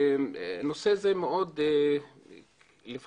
נושא זה מאוד קרוב אלי,